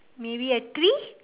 maybe a tree